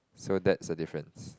so that's a difference